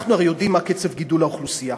אנחנו הרי יודעים מה קצב גידול האוכלוסייה.